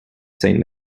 saint